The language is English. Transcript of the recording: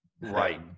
Right